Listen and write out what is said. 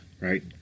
right